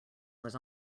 was